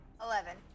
Eleven